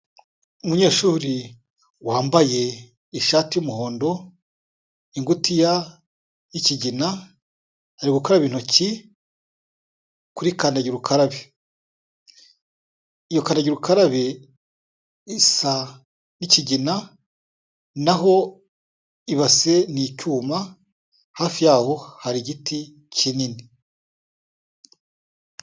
Umunyeshuri wambaye ishati y'umuhondo, ingutiya y'ikigina ari gukaraba intoki kuri kandakara ukarabe, iyo kandagira ukarabe isa n'ikigina naho ibase ni icyuma, hafi yaho hari igiti kinini.